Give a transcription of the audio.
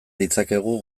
ditzakegu